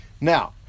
Now